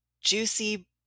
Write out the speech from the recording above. juicy